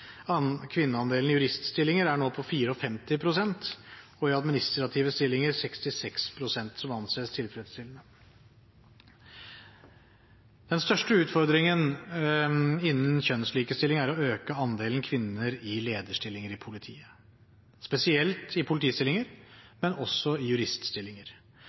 Kvinneandelen i juriststillinger er nå på 54 pst. og i administrative stillinger 66 pst., som anses som tilfredsstillende. Den største utfordringen innen kjønnslikestilling er å øke andelen kvinner i lederstillinger i politiet, spesielt i politistillinger, men også i juriststillinger.